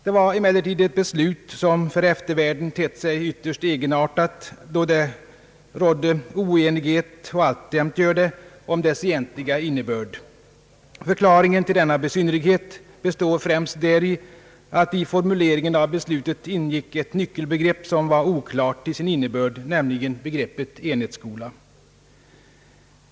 Det var emellertid ett beslut som för eftervärlden tett sig ytterst egenartat, då det rådde oenighet — och alltjämt gör det — om dess egentliga innebörd. Förklaringen till denna besynnerlighet ligger främst däri att i formuleringen av beslutet ingick ett nyckelbegrepp som var oklart till sin innebörd, nämligen begreppet enhetsskolan.